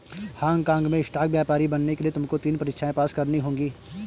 Hong काँग में stock व्यापारी बनने के लिए तुमको तीन परीक्षाएं पास करनी होंगी